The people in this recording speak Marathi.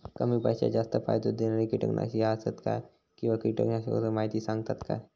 कमी पैशात जास्त फायदो दिणारी किटकनाशके आसत काय किंवा कीटकनाशकाचो माहिती सांगतात काय?